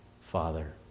father